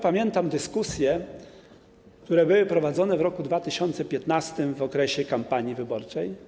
Pamiętam dyskusje, które były prowadzone w roku 2015 w okresie kampanii wyborczej.